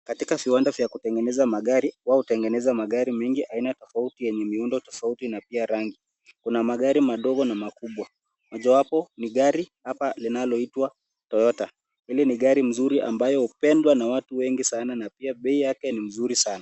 Katika viwanda vya kutengeneza magari, wao hutengeneza magari mengi, aina tofauti, yenye miundo tofauti, na pia rangi. Kuna magari madogo na makubwa. Mojawapo ni gari hapa linaloitwa Toyota. Hili ni gari mzuri ambalo hupendwa na watu wengi sana, na pia bei yake ni mzuri sana.